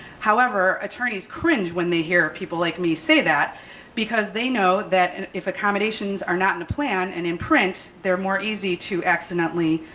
however, attorneys cringe when they hear people like me say that because they know that and if accommodations are not in the plan and in print, they're more easy to accidentally,